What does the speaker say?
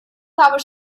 power